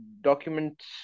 documents